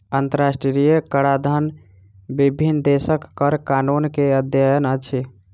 अंतरराष्ट्रीय कराधन विभिन्न देशक कर कानून के अध्ययन अछि